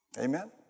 Amen